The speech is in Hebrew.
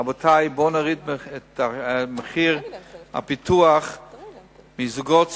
רבותי, בואו נוריד את מחיר הפיתוח מזוגות צעירים,